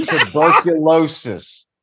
tuberculosis